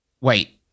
wait